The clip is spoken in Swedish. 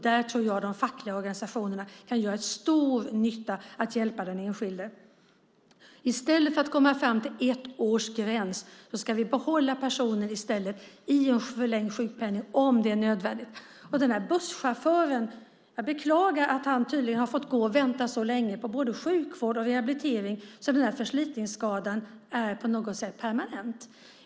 Där tror jag att de fackliga organisationerna kan göra stor nytta med att hjälpa den enskilde. I stället för att komma fram till en ettårsgräns ska vi behålla personen i en förlängd sjukpenning om det är nödvändigt. Jag beklagar att den här busschauffören tydligen har fått vänta så länge på både sjukvård och rehabilitering att förslitningsskadan på något sätt blivit permanent.